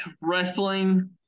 wrestling